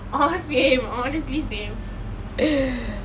oh same honestly same